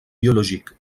biologique